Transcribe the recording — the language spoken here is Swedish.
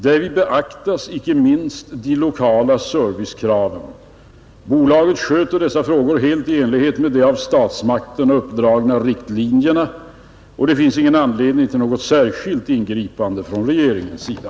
Därvid beaktas icke minst de lokala servicekraven. Bolaget sköter dessa frågor helt i enlighet med de av statsmakterna uppdragna riktlinjerna, och det finns ingen anledning till något särskilt ingripande från regeringens sida.